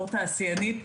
בתור תעשיינית,